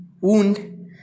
wound